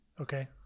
Okay